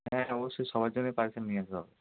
হ্যাঁ অবশ্যই সবার জন্যই পার্সেল নিয়ে আসবো